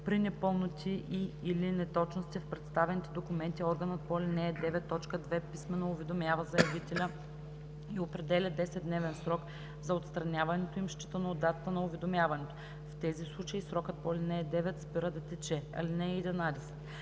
При непълноти и/или неточности в представените документи органът по ал. 9, т. 2 писмено уведомява заявителя и определя 10-дневен срок за отстраняването им, считано от датата на уведомяването. В тези случаи срокът по ал. 9 спира да тече. (11) При